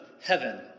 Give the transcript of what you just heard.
heaven